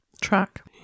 Track